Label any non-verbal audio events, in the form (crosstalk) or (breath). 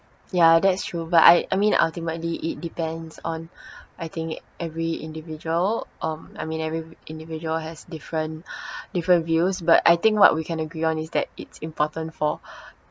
yeah that's true but I I mean ultimately it depends on (breath) I think every individual um I mean every individual has different (breath) different views but I think what we can agree on is that it's important for (breath)